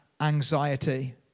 anxiety